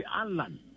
Alan